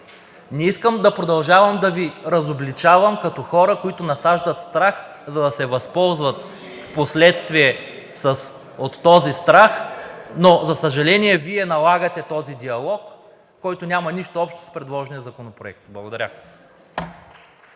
Не искам да продължавам да Ви разобличавам като хора, които насаждат страх, за да се възползват впоследствие от този страх, но за съжаление, Вие налагате този диалог, който няма нищо общо с предложения законопроект. Благодаря.